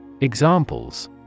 Examples